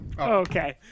Okay